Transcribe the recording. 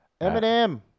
Eminem